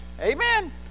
amen